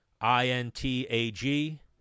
I-N-T-A-G